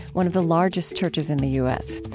one of the largest churches in the u s.